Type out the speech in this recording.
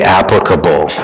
applicable